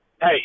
Hey